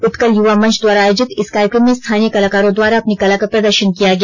उत्कल युवा मंच द्वारा आयोजित इस कार्यक्रम में स्थानीय कलाकारों द्वारा अपनी कला का प्रदर्शन किया गया